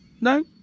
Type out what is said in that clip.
No